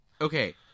okay